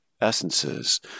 essences